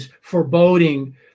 foreboding